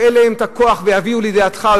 שיהיה להם כוח ושיביאו לידיעתך,